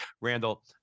Randall